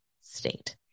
state